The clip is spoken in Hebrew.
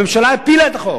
הממשלה הפילה את החוק.